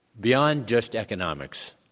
beyond just economics,